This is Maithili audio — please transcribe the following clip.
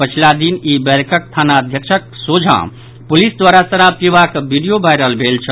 पछिला दिन ई बैरकक थानाध्यक्षक सोझा पुलिस द्वारा शराब पीबाक वीडियो वायरल भेल छल